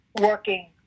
working